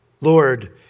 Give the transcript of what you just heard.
Lord